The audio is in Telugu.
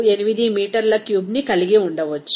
58 మీటర్ల క్యూబ్ని కలిగి ఉండవచ్చు